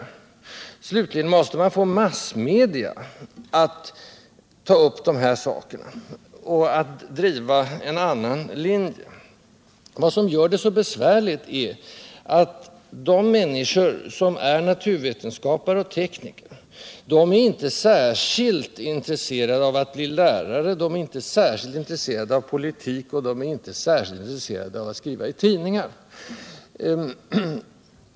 Dessutom måste man få massmedia att ta upp de här frågorna och driva en positiv linje. Vad som gör det så besvärligt är att de människor som är naturvetenskapare och tekniker inte är särskilt intresserade av att bli lärare, de är inte särskilt intresserade av politik och de är inte särskilt intresserade av att skriva i tidningar.